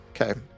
Okay